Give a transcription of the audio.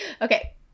Okay